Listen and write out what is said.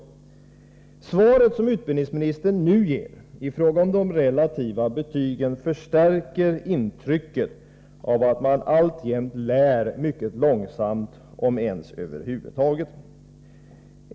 Det svar som utbildningsministern nu ger i fråga om de relativa betygen förstärker intrycket av att man alltjämt lär mycket långsamt, om ens över huvud taget.